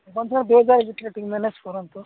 team manage କରନ୍ତୁ